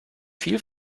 viel